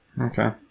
Okay